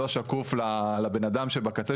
לא שקוף לבן אדם שבקצה,